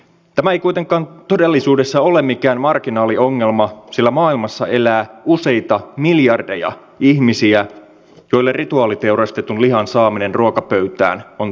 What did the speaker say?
tämä ei kuitenkaan todellisuudessa ole mikään marginaaliongelma sillä maailmassa elää useita miljardeja ihmisiä joille rituaaliteurastetun lihan saaminen ruokapöytään on tärkeää